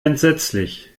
entsetzlich